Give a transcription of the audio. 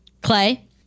Clay